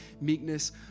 meekness